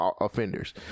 offenders